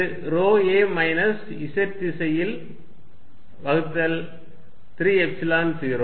இது ρ a minus z திசையில் வகுத்தல் 3 எப்சிலன் 0